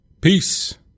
Peace